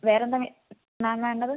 വേറെന്താണ് മാം വേണ്ടത്